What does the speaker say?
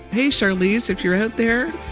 hey, charlize, if you're out there,